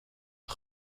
een